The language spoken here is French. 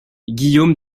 guillaume